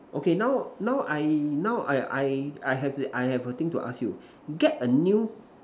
okay now now I now I I I have I have a thing to ask you get a new